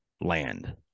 land